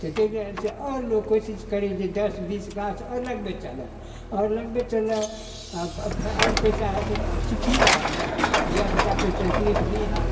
तऽ ताहि दुआरेसँ आओर लोक कोशिश करै जे दस बीस गाछ आओर आओर लगबैत चलै आओर पैसा हेतै आओर सुखिए हैब ने धिआपुताके तकलीफ नहि हैत